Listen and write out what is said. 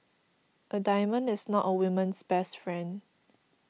a diamond is not a woman's best friend